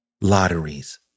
Lotteries